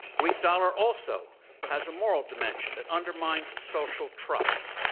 weak dollar also has a moral dimension. it undermines social trust.